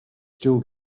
still